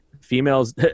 females